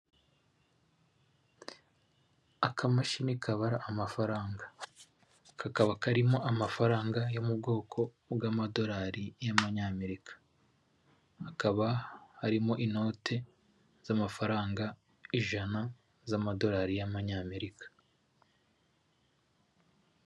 Akamashini kabara amafaranga, kakaba karimo amafaranga yo mu bwoko bw'amadorari y'amanyamerika, hakaba harimo inoti z'amafaranga ijana z'amadorari y'amanyamerika.